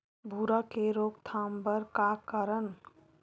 भूरा के रोकथाम बर का करन?